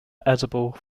edible